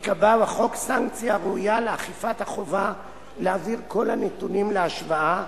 תיקבע בחוק סנקציה ראויה לאכיפת החובה להעביר כל הנתונים להשוואה,